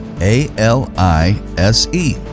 A-L-I-S-E